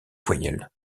voyelle